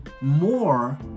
more